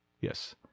Yes